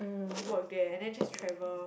work there and then just travel